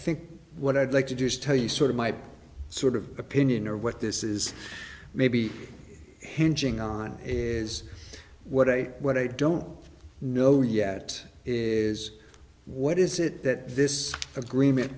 think what i'd like to do is tell you sort of my sort of opinion or what this is maybe hinge ing on is what i what i don't know yet is what is it that this agreement